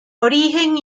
origen